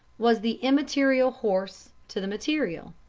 was the immaterial horse to the material,